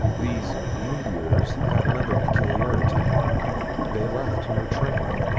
these meteors had another peculiarity they left no train.